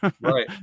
Right